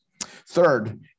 Third